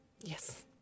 Yes